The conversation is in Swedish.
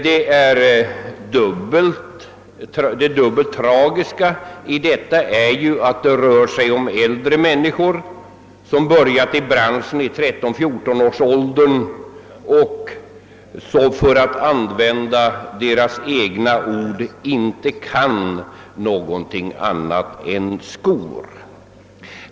Det dubbelt tragiska i detta är att det rör sig om äldre människor som börjat i branschen i 13—14-årsåldern och som, för att an vända deras egna ord, »inte kan någonting annat än skor».